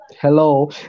Hello